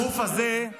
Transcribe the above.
הוא עצבן אותי,